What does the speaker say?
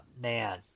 Man